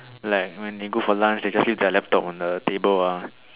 like when they go for lunch they just leave their laptop on the table ah